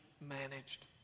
managed